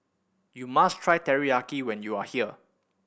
you must try Teriyaki when you are here